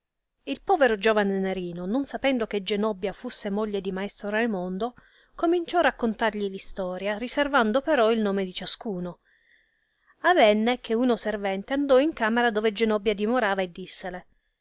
il povero giovane nerino non sapendo che genobbia fusse moglie di maestro raimondo cominciò raccontargli l istoria riservando però il nome di ciascuno avenne che uno servente andò in camera dove genobbia dimorava e dissele